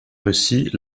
russie